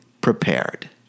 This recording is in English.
prepared